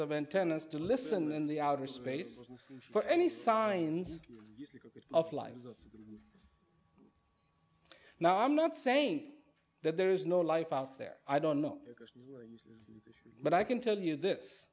of antennas to listen in the outer space for any signs of life as of now i'm not saying that there is no life out there i don't know but i can tell you this